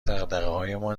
دغدغههایمان